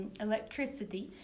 electricity